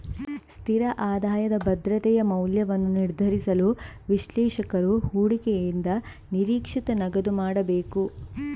ಸ್ಥಿರ ಆದಾಯದ ಭದ್ರತೆಯ ಮೌಲ್ಯವನ್ನು ನಿರ್ಧರಿಸಲು, ವಿಶ್ಲೇಷಕರು ಹೂಡಿಕೆಯಿಂದ ನಿರೀಕ್ಷಿತ ನಗದು ಮಾಡಬೇಕು